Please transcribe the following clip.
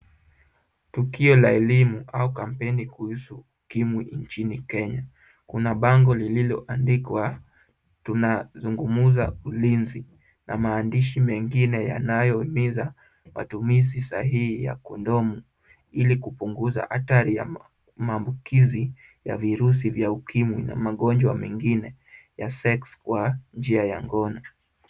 Tukio la elimu au kampeni kuhusu ukimwi nchini Kenya. Kuna bango lililoandikwa tunazungumza ulinzi na maandishi mengine yanayohimiza matumizi sahihi ya kondomu, ili kupunguza hatari ya maambukizi ya virusi vya ukimwi na magonjwa mengine ya sex kwa njia ya ngono.